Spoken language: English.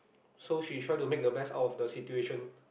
so she try to make the best out of the situation